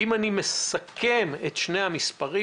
אם אני מסכם את שני המספרים,